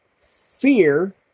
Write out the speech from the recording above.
fear